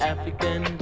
African